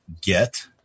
get